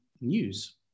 news